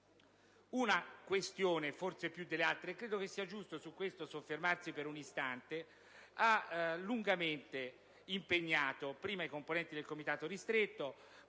Una questione, forse più delle altre - al riguardo credo sia giusto soffermarsi un istante - ha lungamente impegnato, prima i componenti del Comitato ristretto,